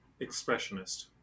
expressionist